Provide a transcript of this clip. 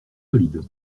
solide